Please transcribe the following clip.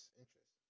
interest